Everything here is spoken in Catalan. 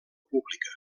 pública